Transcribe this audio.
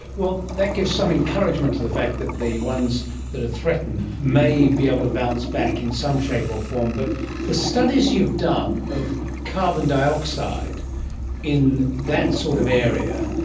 that gives some encouragement to the fact that the ones that are threatened may be able to bounce back in some shape or form. but the studies you've done of carbon dioxide in that sort of area,